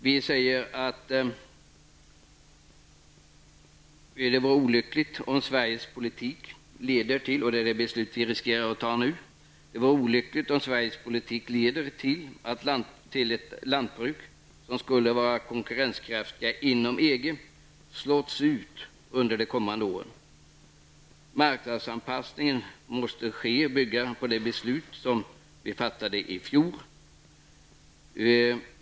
Vi säger att det vore olyckligt om Sverige politik efter det beslut som kan komma att fattas kommer att leda till att lantbruk som skulle vara konkurrenskraftiga inom EG slås ut under de kommande åren. Marknadsanpassningen måste bygga på det beslut som vi fattade i fjol.